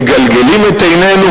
מגלגלים את עינינו,